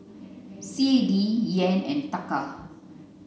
C A D Yen and Taka